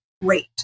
rate